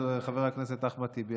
חבר הכנסת אחמד טיבי,